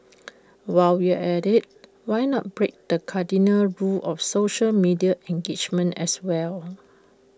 while we are at IT why not break the cardinal rule of social media engagement as well